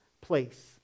place